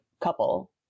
couple